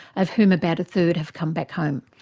of whom about a third have come back home.